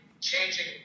changing